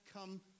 come